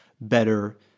better